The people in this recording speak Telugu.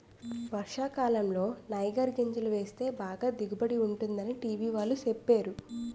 వర్షాకాలంలో నైగర్ గింజలు వేస్తే బాగా దిగుబడి ఉంటుందని టీ.వి వాళ్ళు సెప్పేరు